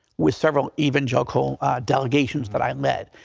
with several evangelical delegations that i lead.